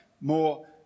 more